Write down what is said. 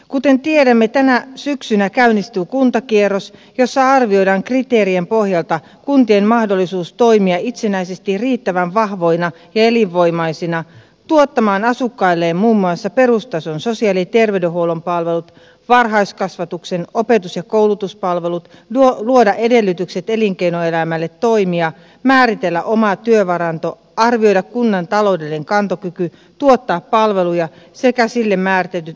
kuten tiedämme tänä syksynä käynnistyy kuntakierros jossa arvioidaan kriteerien pohjalta kuntien mahdollisuus toimia itsenäisesti riittävän vahvoina ja elinvoimaisina tuottaa asukkailleen muun muassa perustason sosiaali ja terveydenhuollon palvelut varhaiskasvatuksen opetus ja koulutuspalvelut luoda edellytykset elinkeinoelämälle toimia määritellä oma työvaranto arvioida kunnan taloudellinen kantokyky tuottaa palveluja sekä sille määritetyt muut tehtävät